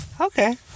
okay